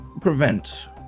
prevent